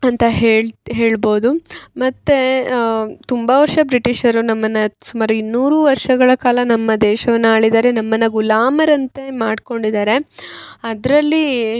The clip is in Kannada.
ಅಂತ ಹೇಳ್ತೆ ಹೇಳ್ಬೌದು ಮತ್ತು ತುಂಬ ವರ್ಷ ಬ್ರಿಟಿಷರು ನಮ್ಮನ್ನು ಸುಮಾರು ಇನ್ನೂರು ವರ್ಷಗಳ ಕಾಲ ನಮ್ಮ ದೇಶವನ್ನು ಆಳಿದಾರೆ ನಮ್ಮನ್ನು ಗುಲಾಮರಂತೆ ಮಾಡ್ಕೊಂಡಿದಾರೆ ಅದರಲ್ಲೀ